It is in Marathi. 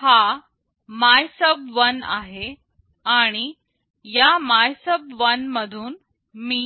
हा MYSUB1 आहे आणि या MYSUB1 मधून मी